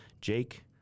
jake